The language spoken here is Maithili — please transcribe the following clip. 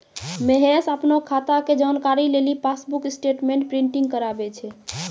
महेश अपनो खाता के जानकारी लेली पासबुक स्टेटमेंट प्रिंटिंग कराबै छै